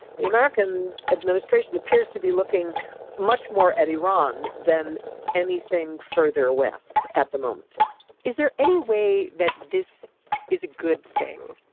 the american administration appears to be looking much more at iran than anything further west at the moment is there any way that this is a good thing.